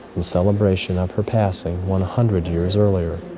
in celebration of her passing one hundred years earlier.